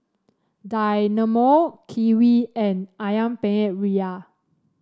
Dynamo Kiwi and ayam Penyet Ria